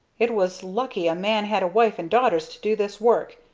it was lucky a man had a wife and daughters to do this work,